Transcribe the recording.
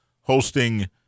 hosting